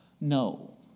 No